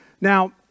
Now